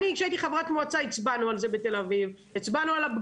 כשהייתי חברת מועצה בתל אביב, הצבענו על זה,